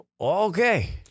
okay